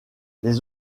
les